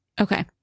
Okay